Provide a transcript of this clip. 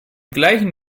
gleichen